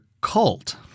cult